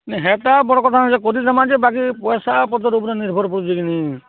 ନାଇ ହେଟା ବଡ଼୍ କଥା ନୁହେଁ ସେ କରିଦେମା ଯେ ବାକି ପଏସାପତ୍ର୍ ଉପ୍ରେ ନିର୍ଭର୍ କରୁଛେ କି ନି